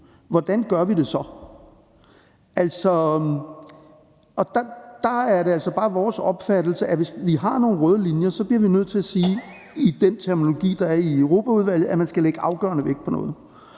Hvordan gør vi det så? Der er det altså bare vores opfattelse, at hvis vi har nogle røde linjer, bliver vi nødt til at sige i den terminologi, der er i Europaudvalget, at man skal lægge afgørende vægt på noget.